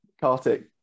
Kartik